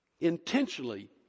Intentionally